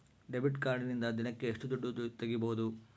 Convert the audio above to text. Debit ಕಾರ್ಡಿನಿಂದ ದಿನಕ್ಕ ಎಷ್ಟು ದುಡ್ಡು ತಗಿಬಹುದು?